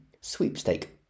Sweepstake